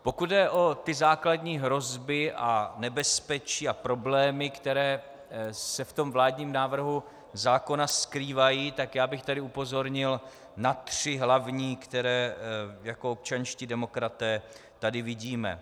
Pokud jde o ty základní hrozby a nebezpečí a problémy, které se ve vládním návrhu zákona skrývají, tak bych tady upozornil na tři hlavní, které jako občanští demokraté tady vidíme.